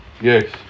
Yes